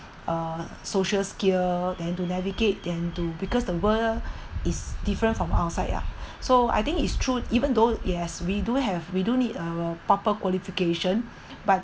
uh social skill than to navigate them to because the world is different from outside ah so I think it's true even though yes we do have we do need a proper qualification but